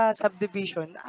subdivision